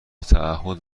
تعهد